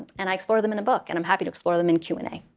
and i explore them in a book, and i'm happy to explore them in q and a.